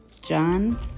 John